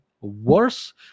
worse